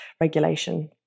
regulation